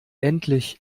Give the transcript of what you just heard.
endlich